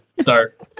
start